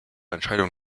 entscheidung